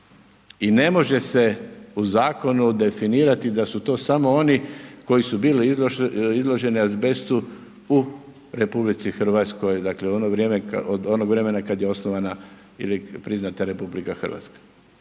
I ne može se u zakonu definirati da su to samo oni koji su bili izloženi azbestu u RH, dakle u ono vrijeme, od onog vremena kada je osnovana i priznata RH.